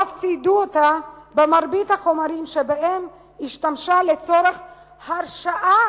ואף ציידו אותה במרבית החומרים שבהם השתמשה לצורך "הרשעה"